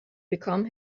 become